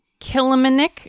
Kilimanik